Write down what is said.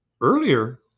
earlier